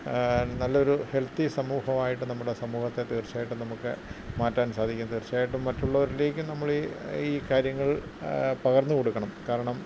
നല്ല ഒരു ഹെൽത്തി സമൂഹമായിട്ട് നമ്മുടെ സമൂഹത്തെ തീർച്ചയായിട്ടും നമുക്ക് മാറ്റാൻ സാധിക്കും തീർച്ചയായിട്ടും മറ്റുള്ളവരിലേക്കും നമ്മൾ ഈ ഈ കാര്യങ്ങൾ പകർന്നു കൊടുക്കണം കാരണം